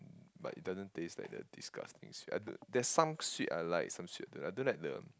but it doesn't taste like the disgusting sweet I don't there's some sweet I like some sweet I like I don't like the